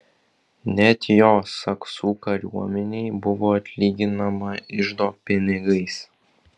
net jo saksų kariuomenei buvo atlyginama iždo pinigais